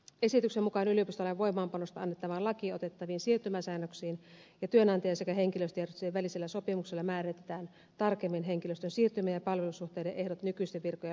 esityksen mukaan yliopistolain voimaanpanosta annettavaan lakiin otettavin siirtymäsäännöksin ja työnantajan sekä henkilöstöjärjestöjen välisellä sopimuksella määritetään tarkemmin henkilöstön siirtyminen ja palvelussuhteiden ehdot nykyisten virkojen lakatessa